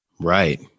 Right